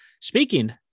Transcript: Speaking